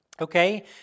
okay